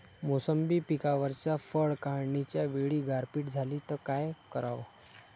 मोसंबी पिकावरच्या फळं काढनीच्या वेळी गारपीट झाली त काय कराव?